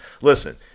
listen